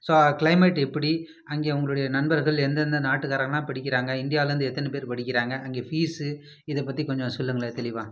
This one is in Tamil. ஸோ கிளைமேட் எப்படி அங்கே உங்களுடைய நண்பர்கள் இந்தியாலேருந்து எந்தெந்த நாட்டுகாரங்கெலாம் படிக்கிறாங்க எத்தனை பேர் படிக்கிறாங்க அங்கே பீசு இதை பற்றி கொஞ்சம் சொல்லுங்களேன் தெளிவாக